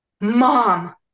mom